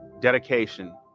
dedication